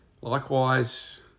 Likewise